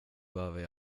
behöver